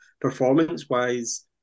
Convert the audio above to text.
performance-wise